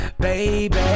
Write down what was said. Baby